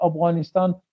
Afghanistan